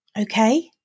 Okay